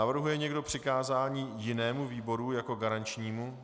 Navrhuje někdo přikázání jinému výboru jako garančnímu?